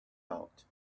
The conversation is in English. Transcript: out